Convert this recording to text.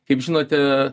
kaip žinote